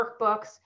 workbooks